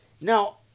Now